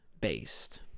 based